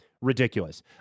ridiculous